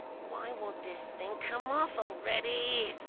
why. won't this thing. come off already?